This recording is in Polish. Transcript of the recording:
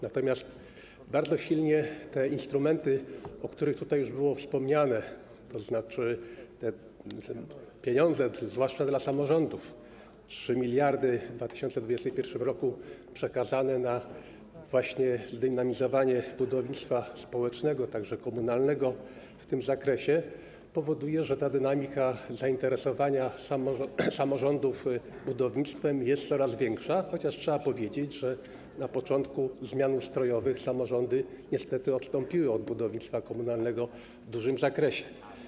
Natomiast bardzo silnie te instrumenty, o których już tutaj było wspomniane, tzn. te pieniądze, zwłaszcza dla samorządów, 3 mld w 2021 r., przekazane na zdynamizowanie budownictwa społecznego, także komunalnego w tym zakresie, powodują, że ta dynamika zainteresowania samorządów budownictwem jest coraz większa, chociaż trzeba powiedzieć, że na początku zmian ustrojowych samorządy niestety odstąpiły od budownictwa komunalnego w dużym zakresie.